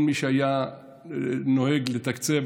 כל מי שהיה נוהג לתקצב,